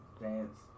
Dance